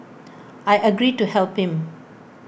I agreed to help him